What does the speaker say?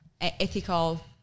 ethical